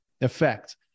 effect